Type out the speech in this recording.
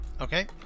Okay